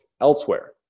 elsewhere